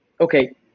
okay